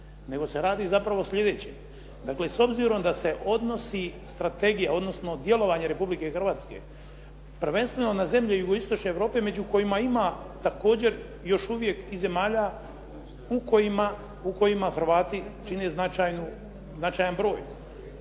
nego se radi zapravo sljedeće. Dakle, s obzirom da se odnosi strategije, odnosno djelovanje Republike Hrvatske prvenstveno na zemlje Jugoistočne Europe među kojima ima također još uvijek i zemalja u kojima Hrvati čine značajan broj.